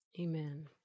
Amen